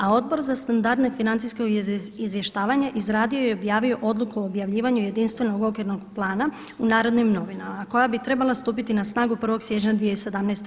A Odbor za standardno financijsko izvještavanje izradio je i objavio odluku o objavljivanju jedinstvenog okvirnog plana u Narodnim novinama koja bi trebala stupiti na snagu 1. siječnja 2017.